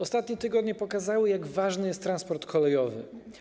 Ostatnie tygodnie pokazały, jak ważny jest transport kolejowy.